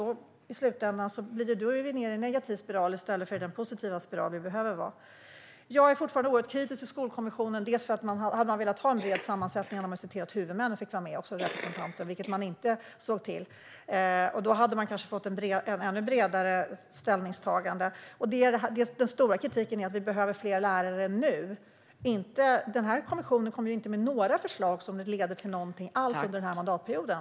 Då är vi inne i en negativ spiral i stället för i den positiva spiral som vi behöver vara i. Jag är fortfarande oerhört kritisk till Skolkommissionen. Om man hade velat ha en bred sammansättning där skulle man ha sett till att huvudmännen fick vara med som representanter också, vilket man inte såg till. Då hade man kanske fått ett ännu bredare ställningstagande. Den stora kritiken är att vi behöver fler lärare nu , men den här kommissionen kommer inte med några förslag som leder till någonting alls under den här mandatperioden.